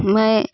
मैं